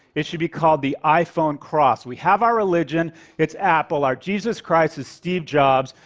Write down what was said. it should be called the iphone cross. we have our religion it's apple. our jesus christ is steve jobs,